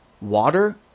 water